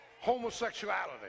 homosexuality